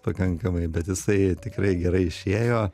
pakankamai bet jisai tikrai gerai išėjo